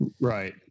right